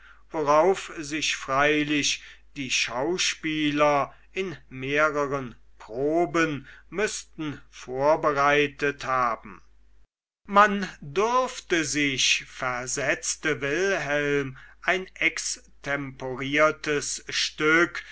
worauf sich freilich die schauspieler in mehreren proben müßten vorbereitet haben man dürfte sich versetzte wilhelm ein extemporiertes stück